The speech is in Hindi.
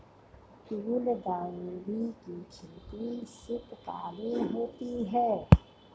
गुलदाउदी की खेती शीतकालीन होती है